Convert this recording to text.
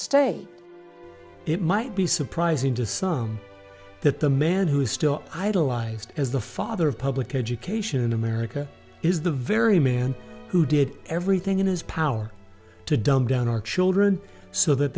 state it might be surprising to some that the man who is still idolized as the father of public education in america is the very man who did everything in his power to dumb down our children so that